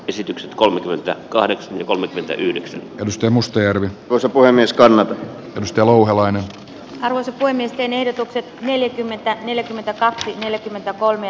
esitykset kolmekymmentä kahdeksan ja kolmekymmentäyhdeksän risto mustajärvi osa puhemies kalevi kivistö louhelainen arvonsa toimitte nietokset neljäkymmentä neljäkymmentäkaksi neljäkymmentäkolme